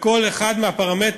בכל אחד מהפרמטרים